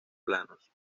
planos